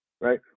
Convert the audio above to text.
right